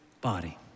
body